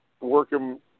working